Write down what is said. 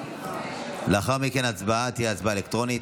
ולאחר מכן ההצבעה תהיה אלקטרונית.